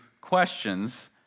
questions